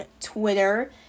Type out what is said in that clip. Twitter